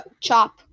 chop